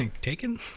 taken